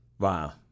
Wow